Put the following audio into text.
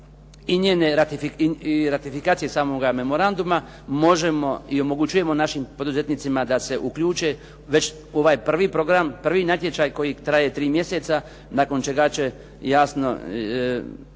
i ratifikacije samoga memoranduma, možemo i omogućujemo našim poduzetnicima da se uključe već u ovaj prvi program, prvi natječaj koji traje tri mjeseca nakon čega će se